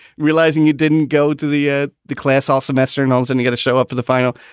realizing you didn't go to the ah the class all semester, nel's and you got to show up for the final.